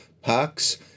parks